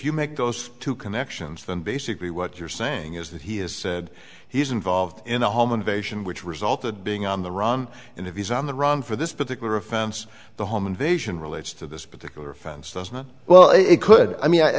you make those two connections then basically what you're saying is that he has said he's involved in a home invasion which resulted being on the run and if he's on the run for this particular offense the home invasion relates to this particular offense well it could i mean i